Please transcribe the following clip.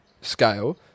scale